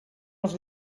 els